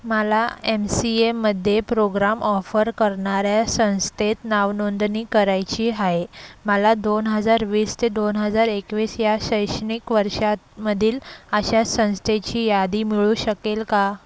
मला M C एमध्ये programme offer करणाऱ्या संस्थेत नावनोंदणी करायची आहे मला दोन हजार वीस ते दोन हजार एकवीस या शैक्षणिक वर्षात मधील अशा संस्थेची यादी मिळू शकेल का